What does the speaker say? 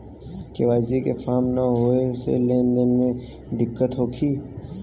KYC के form न होले से लेन देन में दिक्कत होखी?